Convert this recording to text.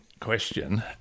question